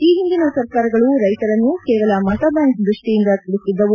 ಈ ಹಿಂದಿನ ಸರ್ಕಾರಗಳು ರೈತರನ್ನು ಕೇವಲ ಮತಬ್ಹಾಂಕ್ ದೃಷ್ಷಿಯಿಂದ ನೋಡುತ್ತಿದ್ದವು